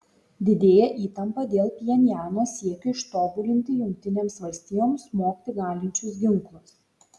didėja įtampa dėl pchenjano siekio ištobulinti jungtinėms valstijoms smogti galinčius ginklus